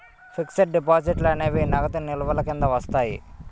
fixed డిపాజిట్లు అనేవి నగదు నిల్వల కింద వస్తాయి